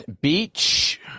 Beach